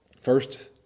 First